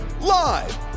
live